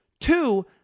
Two